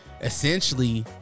essentially